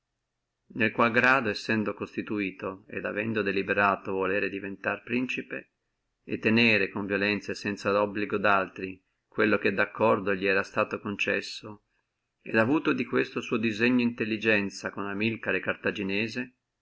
nel quale grado sendo constituito e avendo deliberato diventare principe e tenere con violenzia e sanza obligo daltri quello che daccordo li era suto concesso et avuto di questo suo disegno intelligenzia con amilcare cartaginese il